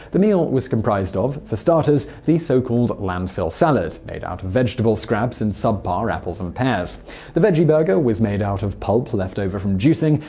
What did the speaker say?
the meal was comprised of, for starters, the so-called landfill salad, made out of vegetable scraps and sub-par apples and pears. the veggie burger was made out of pulp left over from juicing,